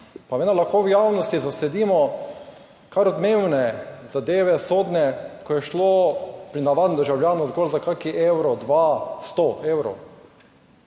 Pa vendar lahko v javnosti zasledimo kar odmevne zadeve, sodne, ko je šlo pri navadnem državljanu zgolj za kakšen evro, dva, 100 evrov,